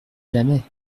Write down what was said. jamais